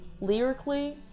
lyrically